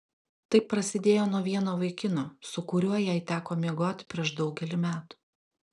tai prasidėjo nuo vieno vaikino su kuriuo jai teko miegoti prieš daugelį metų